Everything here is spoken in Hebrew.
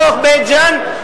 בתוך בית-ג'ן,